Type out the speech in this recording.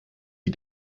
die